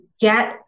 get